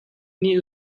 nih